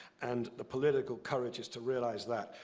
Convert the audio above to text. and the political courage is to realize that.